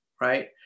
right